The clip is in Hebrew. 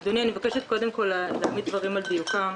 אדוני, אני מבקשת להעמיד דברים על דיוקם.